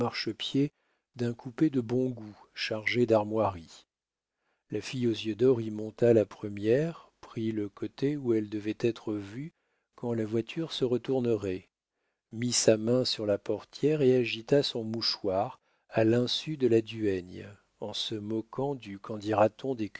marchepied d'un coupé de bon goût chargé d'armoiries la fille aux yeux d'or y monta la première prit le côté où elle devait être vue quand la voiture se retournerait mit sa main sur la portière et agita son mouchoir à l'insu de la duègne en se moquant du qu'en dira-t-on